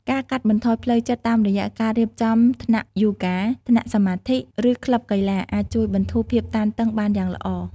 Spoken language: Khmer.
ការកាត់បន្ថយផ្លូវចិត្តតាមរយះ ការរៀបចំថ្នាក់យូហ្គា ថ្នាក់សមាធិ ឬក្លឹបកីឡាអាចជួយបន្ធូរភាពតានតឹងបានយ៉ាងល្អ។